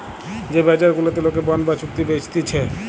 যে বাজার গুলাতে লোকে বন্ড বা চুক্তি বেচতিছে